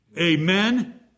Amen